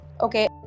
okay